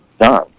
done